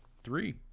three